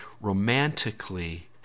romantically